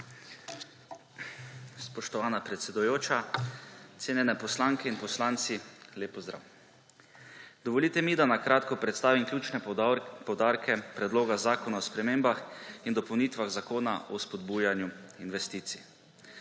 Spoštovana predsedujoča, cenjeni poslanke in poslanci, lep pozdrav! Dovolite mi, da na kratko predstavim ključne poudarke Predloga zakona o spremembah in dopolnitvah Zakona o spodbujanju investicij.